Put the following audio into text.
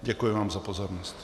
Děkuji vám za pozornost.